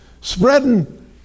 spreading